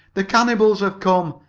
the cannibals have come!